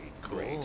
great